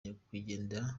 nyakwigendera